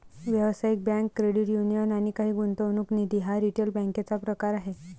व्यावसायिक bank, credit union आणि काही गुंतवणूक निधी हा रिटेल बँकेचा प्रकार आहे